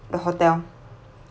the hotel